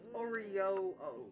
oreo